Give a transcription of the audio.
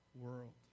world